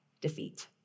defeat